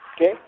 okay